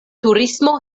turismo